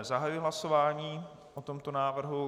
Zahajuji hlasování o tomto návrhu.